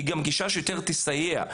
זו גם גישה שיותר תסייע,